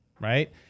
right